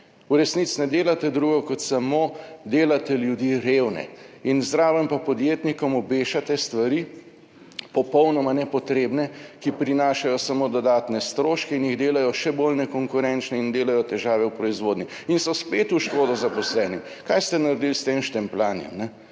V resnici ne delate drugo kot samo delate ljudi revne in zraven pa podjetnikom obešate stvari popolnoma nepotrebne, ki prinašajo samo dodatne stroške in jih delajo še bolj nekonkurenčne in delajo težave v proizvodnji in so spet v škodo zaposlenim. Kaj ste naredili s tem štempljanjem?